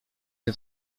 się